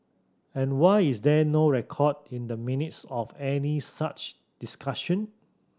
and why is there no record in the Minutes of any such discussion